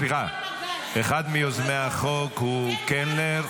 סליחה, אחד מיוזמי החוק הוא קלנר.